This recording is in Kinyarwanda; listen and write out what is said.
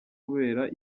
habera